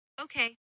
Okay